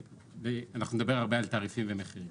אנחנו נדבר הרבה על תעריפים ומחירים.